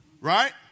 Right